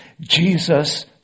Jesus